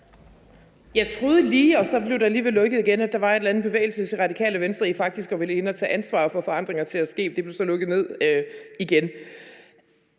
Jeg troede lige, og så blev der alligevel lukket igen, at der var en eller anden bevægelse hen til, at Radikale Venstre faktisk ville ind at tage ansvar for at få forandringer til at ske. Det blev så lukket ned igen.